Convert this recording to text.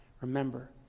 remember